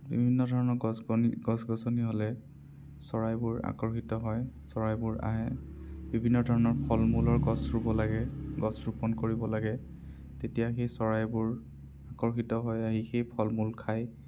বিভিন্ন ধৰণৰ গছ বন গছ গছনি হ'লে চৰাইবোৰ আকৰ্ষিত হয় চৰাইবোৰ আহে বিভিন্ন্ধৰণৰ ফল মূলৰ গছ ৰুব লাগে গছ ৰোপণ কৰিব লাগে তেতিয়া সেই চৰাইবোৰ আকৰ্ষিত হৈ আহি সেই ফল মূল খায়